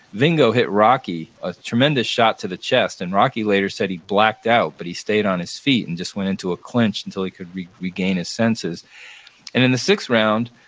vingo hit rocky a tremendous shot to the chest, and rocky later said he blacked out, but he stayed on his feet and just went into a clinch until he could regain his senses and in the sixth round,